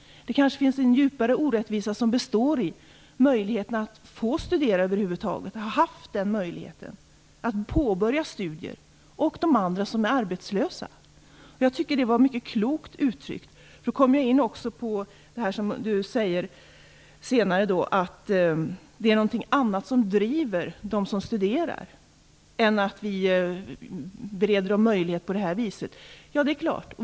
Den djupare orättvisan finns kanske mellan dem som haft möjligheten att studera över huvud taget och dem som är arbetslösa. Jag tycker att detta var mycket klokt uttryckt. Det leder in på det som Ulf Kristersson sade, nämligen att det är något annat än att vi bereder möjlighet på det här viset som driver dem som studerar. Det är klart.